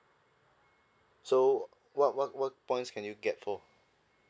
so what what what points can you get for